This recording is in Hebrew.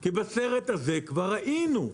כי בסרט הזה כבר היינו,